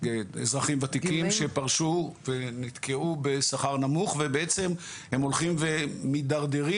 אזרחים וותיקים שפרשו ונתקעו בשכר נמוך ובעצם הם הולכים ומדרדרים